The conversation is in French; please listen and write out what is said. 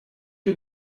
que